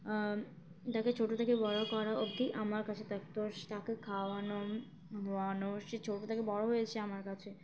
তাকে ছোটো থেকে বড়ো কর অবধি আমার কাছে থাকতো তাকে খাওয়ানো বোয়ানো সে ছোটো থেকে বড়ো হয়েছে আমার কাছে